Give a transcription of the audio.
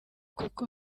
kuko